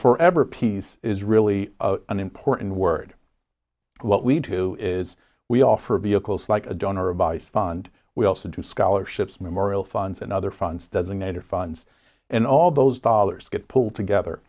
forever peace is really an important word what we need to is we offer vehicles like a donor advice fund we also do scholarships memorial funds and other funds doesn't matter funds and all those dollars get pulled together